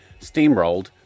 steamrolled